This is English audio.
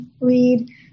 read